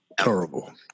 Terrible